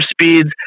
speeds